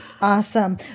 Awesome